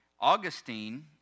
Augustine